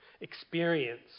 experience